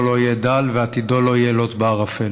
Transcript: לא יהיה דל ועתידו לא יהיה לוט בערפל.